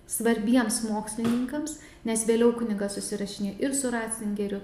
svarbiems mokslininkams nes vėliau kunigas susirašinėja ir su raclingeriu